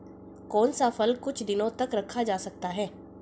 कौन सा फल कुछ दिनों तक रखा जा सकता है?